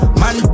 man